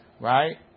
right